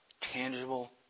tangible